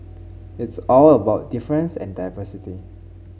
it's all about difference and diversity